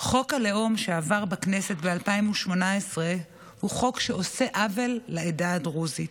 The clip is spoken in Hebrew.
חוק הלאום שעבר בכנסת ב-2018 הוא חוק שעושה עוול לעדה הדרוזית.